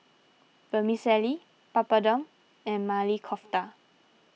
Vermicelli Papadum and Maili Kofta